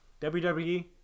WWE